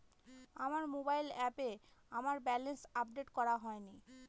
আমার মোবাইল অ্যাপে আমার ব্যালেন্স আপডেট করা হয়নি